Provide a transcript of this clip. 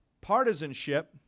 partisanship